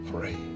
pray